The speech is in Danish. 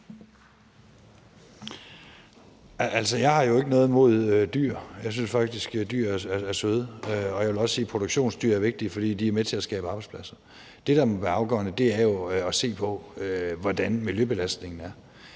jeg har jo ikke noget imod dyr. Jeg synes faktisk, at dyr er søde. Og jeg vil også sige, at produktionsdyr er vigtige, fordi de er med til at skabe arbejdspladser. Det, der må være afgørende, er jo at se på, hvordan miljøbelastningen er.